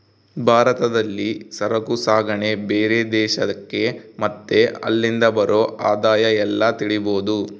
ಭಾರತದಲ್ಲಿ ಸರಕು ಸಾಗಣೆ ಬೇರೆ ದೇಶಕ್ಕೆ ಮತ್ತೆ ಅಲ್ಲಿಂದ ಬರೋ ಆದಾಯ ಎಲ್ಲ ತಿಳಿಬೋದು